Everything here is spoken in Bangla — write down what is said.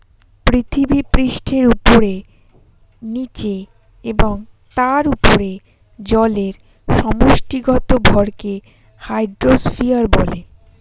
পৃথিবীপৃষ্ঠের উপরে, নীচে এবং তার উপরে জলের সমষ্টিগত ভরকে হাইড্রোস্ফিয়ার বলে